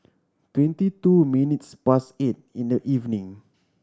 twenty two minutes past eight in the evening